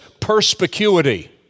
perspicuity